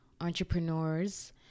entrepreneurs